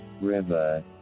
river